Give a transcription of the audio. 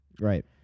Right